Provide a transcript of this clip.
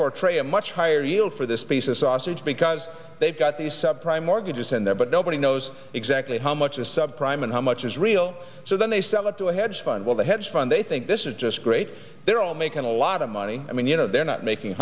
portray a much higher yield for this piece of sausage because they've got these sub prime mortgages in there but nobody knows exactly how much is sub prime and how much is real so then they sell it to a hedge fund well the hedge fund they think this is just great they're all making a lot of money i mean you know they're not making